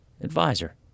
Advisor